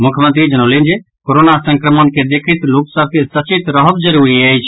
मुख्यमंत्री जनौलनि जे कोरोना संक्रमण के देखैत लोक सभ के सचेत रहब जरूरी अछि